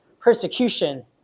persecution